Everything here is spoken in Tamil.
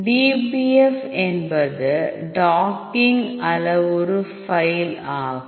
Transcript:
dpf என்பது டாக்கிங் அளவுரு ஃபைல் ஆகும்